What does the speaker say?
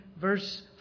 verse